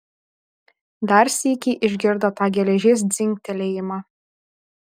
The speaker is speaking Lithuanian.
dar sykį išgirdo tą geležies dzingtelėjimą